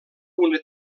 una